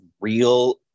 real